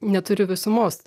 neturiu visumos